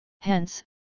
hence